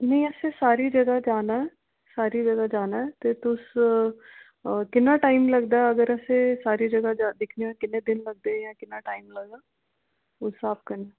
नेईं असें सारी जगह् जाना सारी जगह् जाना ऐ ते तुस किन्ना टाइम लगदा ऐ अगर असें सारी जगह् दिक्खनी होन ते किन्ने दिन लगदे जां किन्ना टाइम लग्गना उस स्हाब कन्नै